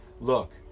Look